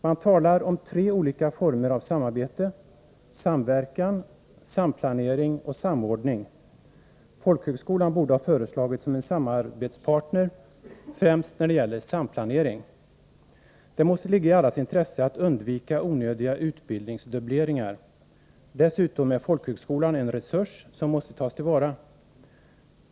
Man talar om tre olika former av samarbete: samverkan, samplanering och samordning. Folkhögskolan borde ha föreslagits som en samarbetspartner, främst när det gäller samplanering. Det måste ligga i allas intresse att undvika onödiga utbildningsdubbleringar. Dessutom är folkhögskolan en resurs, som måste tas till vara.